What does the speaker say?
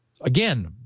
again